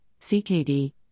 CKD